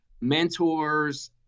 mentors